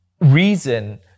reason